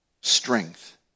Strength